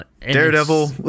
Daredevil